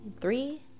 Three